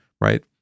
right